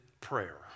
prayer